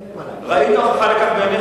אני, אין לי מה להגיד, ראית הוכחה לכך בעיניך?